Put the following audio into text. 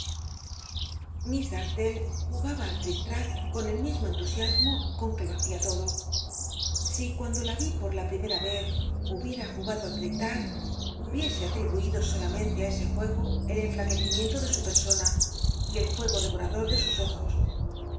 jugaba al llic lac con el mismo entusiasmo con ue lo hacia lodo si cuando la vi por la primera yez hubiera jugado al l ic tac hubiese ahibuido solamente i ese juego el enflaquecimiento de su persona y el fuego dey orador de sus ojos